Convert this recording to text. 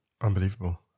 Unbelievable